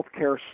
healthcare